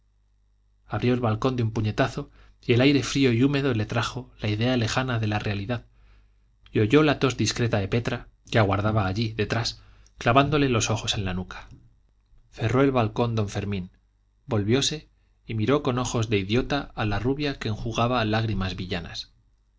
abrió el balcón de un puñetazo y el aire frío y húmedo le trajo la idea lejana de la realidad y oyó la tos discreta de petra que aguardaba allí detrás clavándole los ojos en la nuca cerró el balcón don fermín volviose y miró con ojos de idiota a la rubia que enjugaba lágrimas villanas